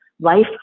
life